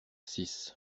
six